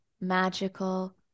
magical